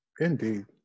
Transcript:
indeed